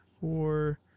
four